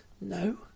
No